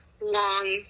long